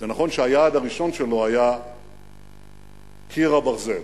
זה נכון שהיעד הראשון שלו היה "קיר הברזל".